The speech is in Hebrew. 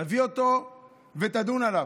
תביא אותו ותדון עליו.